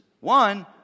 One